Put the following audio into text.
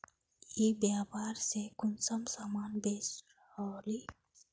ई व्यापार में कुंसम सामान बेच रहली?